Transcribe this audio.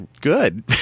good